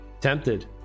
tempted